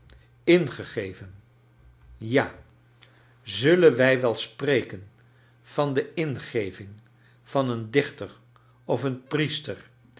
ingegeven ja zullen wij wel spreken van de ingeving van een dichter of een priester